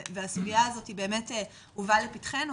והסוגיה הזאת היא באמת הובאה לפתחנו,